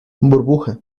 burbuja